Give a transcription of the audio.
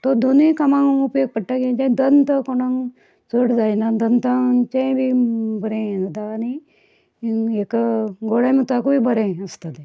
तो दोनीय कामांक उपेग पडटा आनी ते दंत कोणाक चड जायना दंतांचेंय बीन बरें हें जाता आनी हेका गोडामुतांकूय बरें आसता तें